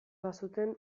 bazuten